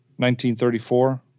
1934